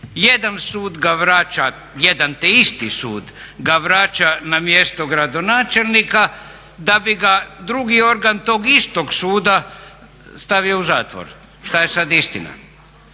Jedan sud ga vraća, jedan te isti sud ga vraća na mjesto gradonačelnika da bi ga drugi organ tog istog suda stavio u zatvor. Šta je sad istina?